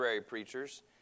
preachers